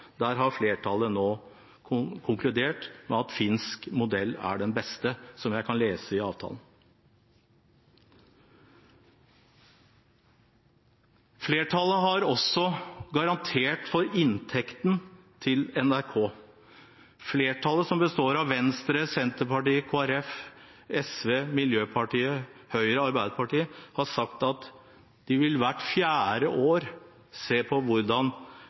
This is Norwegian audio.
Der har flertallet nå konkludert med at finsk modell er den beste, slik jeg kan lese avtalen. Flertallet har også garantert for inntekten til NRK. Flertallet, som består av Venstre, Senterpartiet, Kristelig Folkeparti, SV, Miljøpartiet De Grønne, Høyre og Arbeiderpartiet, har sagt at hvert fjerde år vil de se på hvordan